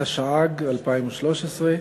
התשע"ג 2013,